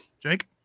Jake